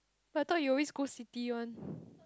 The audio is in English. but I thought you always go city one